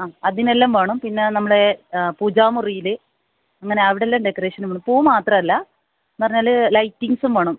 ആ അതിനെല്ലാം വേണം പിന്നെ നമ്മളെ പൂജാമുറിയിൽ ഇങ്ങനെ അവിടെല്ലാം ഡെക്കറേഷൻ വേണം പൂ മാത്രമല്ല എന്നു പറഞ്ഞാൽ ലൈറ്റിംഗ്സും വേണം